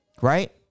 Right